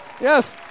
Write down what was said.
yes